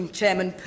Chairman